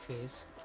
face